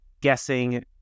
guessing